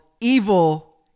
Evil